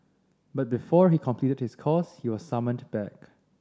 but before he completed his course he was summoned back